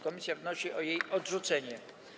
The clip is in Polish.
Komisja wnosi o jej odrzucenie.